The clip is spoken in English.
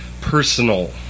personal